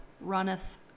runneth